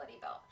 belt